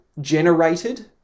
generated